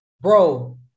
Bro